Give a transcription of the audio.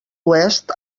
oest